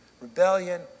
Rebellion